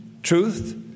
Truth